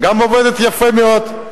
גם עובדת יפה מאוד.